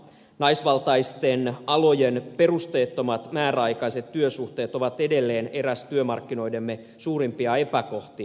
naisvaltaisten alojen perusteettomat määräaikaiset työsuhteet ovat edelleen eräs työmarkkinoidemme suurimpia epäkohtia